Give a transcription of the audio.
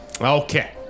Okay